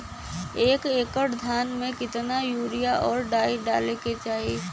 एक एकड़ धान में कितना यूरिया और डाई डाले के चाही?